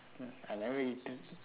mm I have never eaten